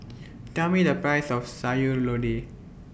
Tell Me The Price of Sayur Lodeh